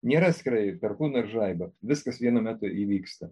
nėra atskirai perkūno ir žaibo viskas vienu metu įvyksta